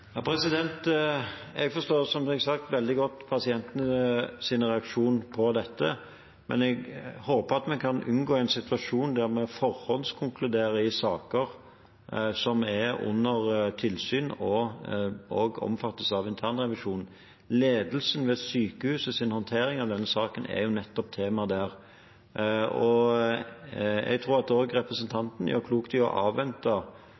Jeg forstår, som jeg sa, veldig godt pasientenes reaksjoner på dette, men jeg håper at vi kan unngå en situasjon der vi forhåndskonkluderer i saker som er under tilsyn og også omfattes av internrevisjon. Håndteringen av denne saken fra sykehusets ledelse er jo nettopp tema der. Jeg tror at også representanten gjør klokt i å avvente